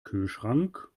kühlschrank